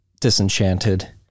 disenchanted